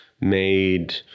made